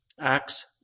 Acts